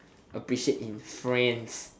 appreciate in friends